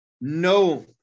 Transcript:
no